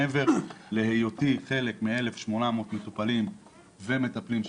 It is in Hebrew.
מעבר להיותי חלק מ-1,800 מטופלים ומטפלים,